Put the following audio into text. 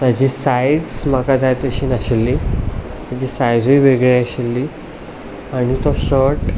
ताची सायझ म्हाका जाय तशी नाशिल्ली ताची सायझूय वेगळी आशिल्ली आनी तो शर्ट